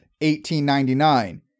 1899